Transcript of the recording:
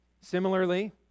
Similarly